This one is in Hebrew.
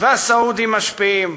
והסעודים משפיעים,